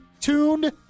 tuned